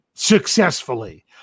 successfully